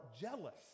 jealous